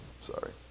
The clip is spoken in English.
Sorry